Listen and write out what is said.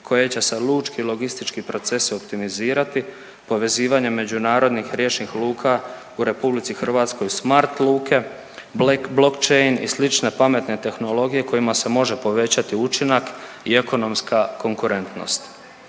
koje će se lučki logistički procesi optimizirati povezivanjem međunarodnih riječnih luka u RH, smart luke, blockchain i slične pametne tehnologije kojima se može povećati učinak i ekonomska konkurentnost.